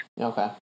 Okay